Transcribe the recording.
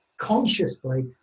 Consciously